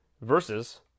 versus